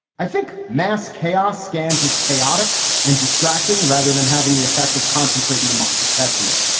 i think mass chaos scan's is chaotic and distracting rather than having the effect of concentrating the mind. that's me.